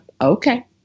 okay